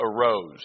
arose